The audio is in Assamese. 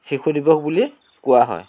শিশু দিৱস বুলি কোৱা হয়